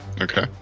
Okay